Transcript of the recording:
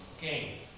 game